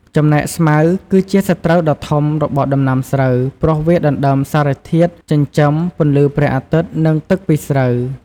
ចំណែកស្មៅគឺជាសត្រូវដ៏ធំរបស់ដំណាំស្រូវ ព្រោះវាដណ្ដើមសារធាតុចិញ្ចឹម ពន្លឺព្រះអាទិត្យ និងទឹកពីស្រូវ។